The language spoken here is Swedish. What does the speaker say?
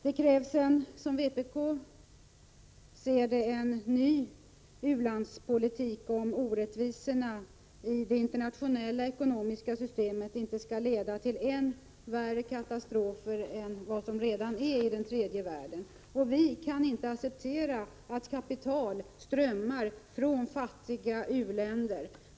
Det krävs, som vpk ser det, en ny u-landspolitik, om orättvisorna i det internationella ekonomiska systemet inte skall leda till än värre katastrofer än de redan inträffade i tredje världen. Vi kan inte acceptera att kapital strömmar från fattiga u-länder.